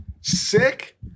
Sick